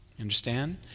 Understand